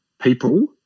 people